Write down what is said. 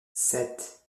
sept